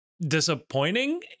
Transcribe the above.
disappointing